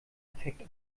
effekt